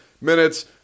minutes